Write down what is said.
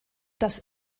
das